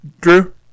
Drew